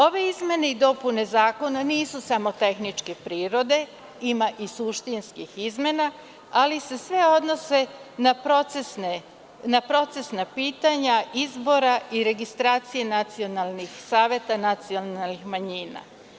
Ove izmene i dopune Zakona nisu samo tehničke prirode, ima i suštinskih izmena, ali se sve odnose na procesna pitanja izbora i registracije nacionalnih saveta nacionalnih manjina.